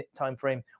timeframe